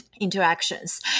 Interactions